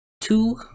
two